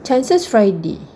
chances friday